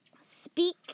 Speak